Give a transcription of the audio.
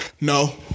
no